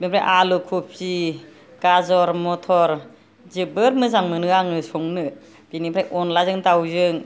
बिनिफ्राय आलु कफि गाजर मटर जोबोद मोजां मोनो आङो संनो बिनिफ्राय अनलाजों दावजों